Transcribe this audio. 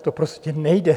To prostě nejde.